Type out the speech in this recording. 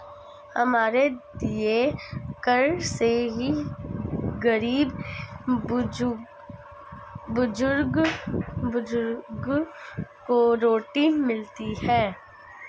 हमारे दिए कर से ही गरीब बुजुर्गों को रोटी मिलती है